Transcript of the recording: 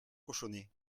cochonnet